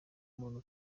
umuntu